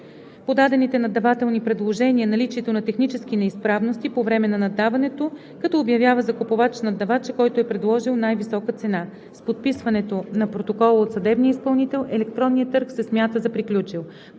подадените наддавателни предложения, наличието на технически неизправности по време на наддаването, като обявява за купувач наддавача, който е предложил най-висока цена. С подписването на протокола от съдебния изпълнител електронният търг се смята за приключил.